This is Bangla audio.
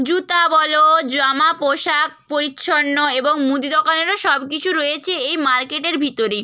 জুতা বলো জামা পোশাক পরিচ্ছন্ন এবং মুদি দোকানেরও সব কিছু রয়েছে এই মার্কেটের ভিতরেই